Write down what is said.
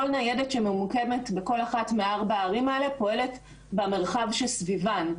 כל ניידת שממוקמת בכל אחת מארבע הערים האלה פועלת במרחב שסביבן.